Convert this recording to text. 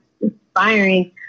inspiring